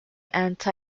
anti